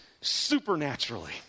supernaturally